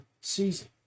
season